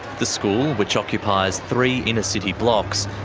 the school, which occupies three inner city blocks,